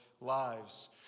lives